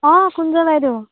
অ' কুঞ্জা বাইদেউ